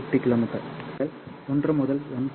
ஆகவே நீங்கள் 1 முதல் 1